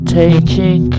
taking